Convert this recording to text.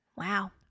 Wow